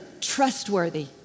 trustworthy